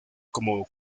como